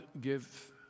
give